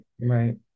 right